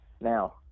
Now